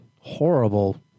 horrible